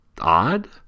odd